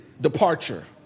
departure